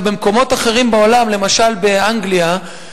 במקומות אחרים בעולם, למשל באנגליה,